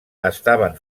estaven